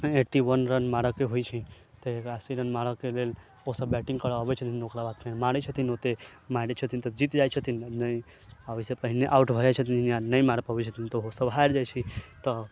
eighty one run मारए के होइ छै तऽ एकासी रन मारए के लेल ओसब बैटिंग करए अबै छथिन ओकरबाद फेर मारै छथिन ओतए मारै छथिन तऽ जीत जाइ छथिन आ नै आ ओहिसे पहिने आउट भऽ जाइ छथिन आ नहि मारि पबै छथिन तऽ ओसब हारि जाइ छथिन तऽ